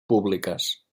públiques